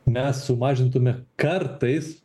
mes sumažintume kartais